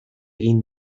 egin